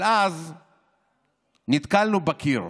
אבל אז נתקלנו בקיר.